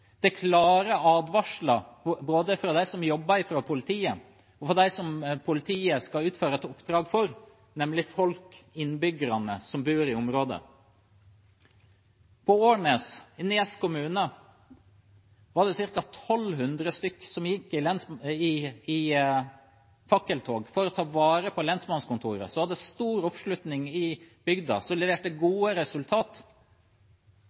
Det er klare advarsler både fra dem som jobber i politiet og fra dem som politiet skal føre et oppdrag for, nemlig folket, innbyggerne som bor i området. På Årnes i Nes kommune var det ca. 1 200 som gikk i fakkeltog for å ta vare på lensmannskontoret, som hadde stor oppslutning i bygda, og som leverte